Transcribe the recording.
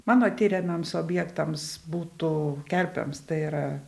mano tiriamams objektams būtų kerpėms tai yra